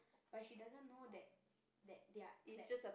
but she doesn't know that that they are that